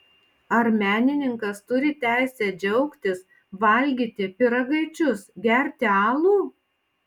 ar menininkas turi teisę džiaugtis valgyti pyragaičius gerti alų